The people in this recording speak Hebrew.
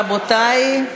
רבותי,